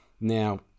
Now